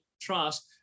trust